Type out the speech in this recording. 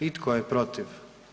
I tko je protiv?